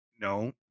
no